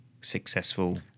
successful